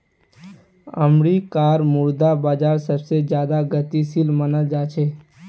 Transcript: अमरीकार मुद्रा बाजार सबसे ज्यादा गतिशील मनाल जा छे